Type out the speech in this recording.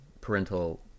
parental